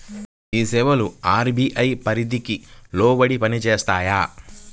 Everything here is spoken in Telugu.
ఈ సేవలు అర్.బీ.ఐ పరిధికి లోబడి పని చేస్తాయా?